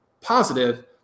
positive